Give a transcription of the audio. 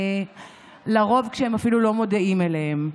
לרוב כשהם אפילו לא מודעים אליהם.